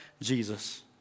Jesus